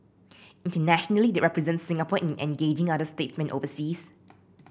internationally they represent Singapore in engaging other statesmen overseas